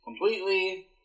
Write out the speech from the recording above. completely